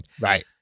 Right